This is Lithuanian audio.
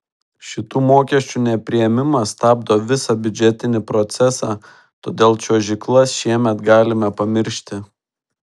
šitų mokesčių nepriėmimas stabdo visą biudžetinį procesą todėl čiuožyklas šiemet galime pamiršti